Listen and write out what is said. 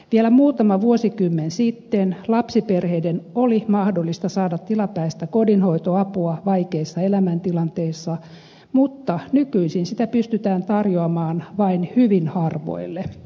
vielä muutama vuosikymmen sitten lapsiperheiden oli mahdollista saada tilapäistä kodinhoitoapua vaikeissa elämäntilanteissa mutta nykyisin sitä pystytään tarjoamaan vain hyvin harvoille